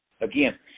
Again